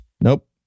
Nope